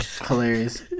Hilarious